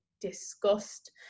discussed